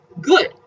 good